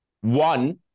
one